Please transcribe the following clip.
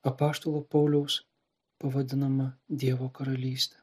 apaštalo pauliaus pavadinama dievo karalyste